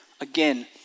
Again